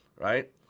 right